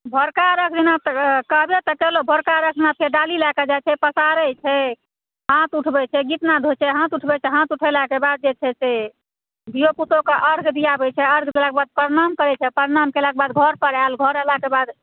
भोरका अर्घ्य दिना तऽ कहबे तऽ कएलहुॅं भोरका अर्घ्य दिना डाली लए कऽ जाइ छै पसारै छै हाथ उठबै छै गीतनाद होइ छै हाथ उठबै छै हाथ उठेलाक बाद जे छै धियोपुतोके अर्घ्य दियाबै छै अर्घ्य दियेलाक बाद प्रणाम करै छै प्रणाम केलाक बाद घर पर आयल घर अयलाक बाद